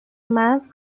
más